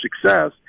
success